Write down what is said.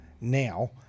Now